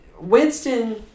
Winston